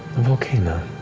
volcano.